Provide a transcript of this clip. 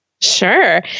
Sure